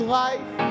life